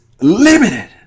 limited